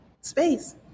space